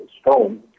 stone